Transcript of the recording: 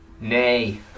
Nay